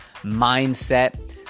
mindset